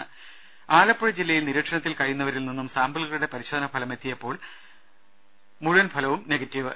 ദേദ ആലപ്പുഴ ജില്ലയിൽ നിരീക്ഷണത്തിൽ കഴിയുന്നവരിൽ നിന്നും സാമ്പിളുകളുടെ പരിശോധനാഫലമെത്തിയപ്പോൾ മുഴുവൻ ഫലവും നെഗറ്റീവ്